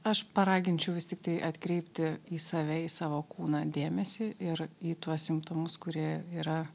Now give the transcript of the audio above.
aš paraginčiau vis tiktai atkreipti į save į savo kūną dėmesį ir į tuos simptomus kurie yra